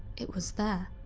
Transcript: it was there.